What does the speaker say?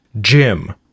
Jim